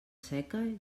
seca